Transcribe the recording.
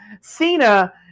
Cena